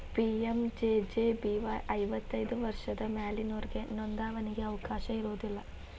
PMJJBY ಐವತ್ತೈದು ವರ್ಷದ ಮ್ಯಾಲಿನೊರಿಗೆ ನೋಂದಾವಣಿಗಿ ಅವಕಾಶ ಇರೋದಿಲ್ಲ